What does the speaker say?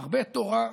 הרבה תורה,